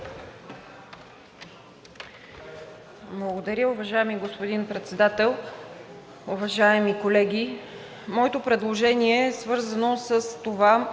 Благодаря. Уважаеми господин Председател, уважаеми колеги! Моето предложение е свързано с това